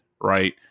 Right